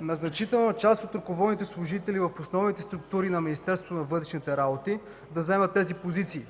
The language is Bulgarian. на значителна част от ръководните служители в професионалните структури на Министерството на вътрешните работи да заемат тези позиции.